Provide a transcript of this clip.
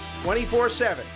24-7